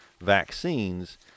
vaccines